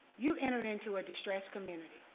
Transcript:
you entered into a distressed community.